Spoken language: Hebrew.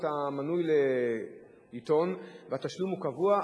אתה מנוי על עיתון והתשלום הוא קבוע,